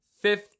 fifth